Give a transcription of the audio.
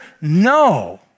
No